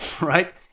right